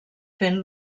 fent